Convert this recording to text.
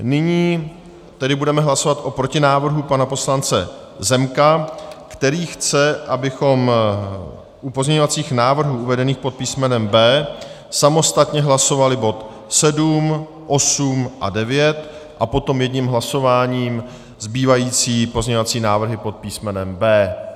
Nyní tedy budeme hlasovat o protinávrhu pana poslance Zemka, který chce, abychom u pozměňovacích návrhů uvedených pod písmenem B samostatně hlasovali bod 7, 8 a 9 a potom jedním hlasováním zbývající pozměňovací návrhy pod písmenem B.